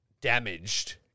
damaged